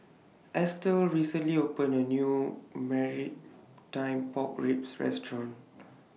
Estel recently opened A New Maritime Pork Ribs Restaurant